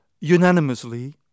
unanimously